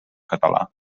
català